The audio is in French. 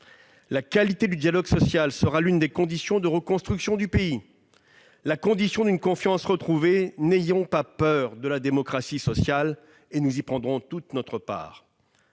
La qualité du dialogue social sera l'une des conditions de reconstruction du pays, la condition d'une confiance retrouvée. N'ayons pas peur de la démocratie sociale. Nous y prendrons toute notre part.